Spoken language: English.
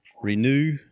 Renew